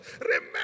remember